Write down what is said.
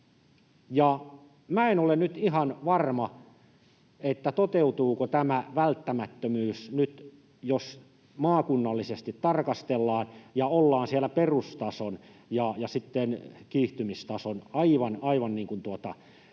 en ole nyt ihan varma, toteutuuko tämä välttämättömyys nyt, jos maakunnallisesti tarkastellaan ja ollaan aivan niukasti siellä perustason ja sitten